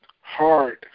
hard